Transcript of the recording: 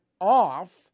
off